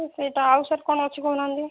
sir ସେଇଟା ଆଉ sir କ'ଣ ଅଛି କହୁ ନାହାନ୍ତି